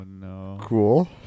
Cool